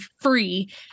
free